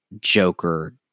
Joker